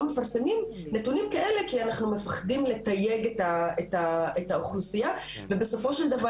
מפרסמים נתונים כאלה כי אנחנו מפחדים לתייג את האוכלוסיה ובסופו של דבר